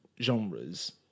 genres